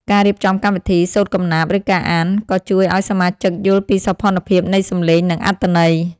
ការរៀបចំកម្មវិធី សូត្រកំណាព្យ ឬការអាន ក៏ជួយឱ្យសមាជិកយល់ពីសោភ័ណភាពនៃសំឡេង និងអត្ថន័យ។